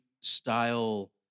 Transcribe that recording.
style